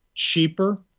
cheaper,